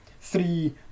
three